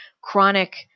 chronic